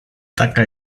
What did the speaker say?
taka